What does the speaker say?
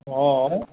অঁ